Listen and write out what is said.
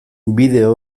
bideo